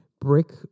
brick